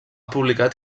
publicat